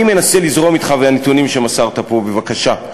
אני מנסה לזרום אתך ועם הנתונים שמסרת פה, בבקשה.